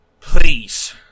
Please